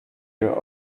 your